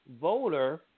voter